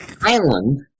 island